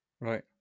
Right